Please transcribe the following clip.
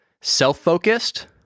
self-focused